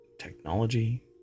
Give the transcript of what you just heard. Technology